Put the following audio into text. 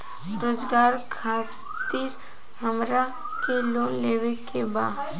रोजगार खातीर हमरा के लोन लेवे के बा?